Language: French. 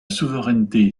souveraineté